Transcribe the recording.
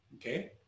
okay